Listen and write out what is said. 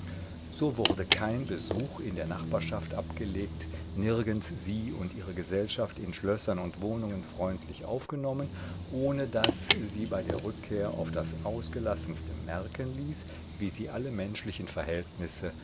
so wurde kein besuch in der nachbarschaft abgelegt nirgends sie und ihre gesellschaft in schlössern und wohnungen freundlich aufgenommen ohne daß sie bei der rückkehr auf das ausgelassenste merken ließ wie sie alle menschlichen verhältnisse